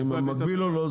האם הוא מקביל או לא,